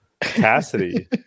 Cassidy